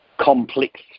complex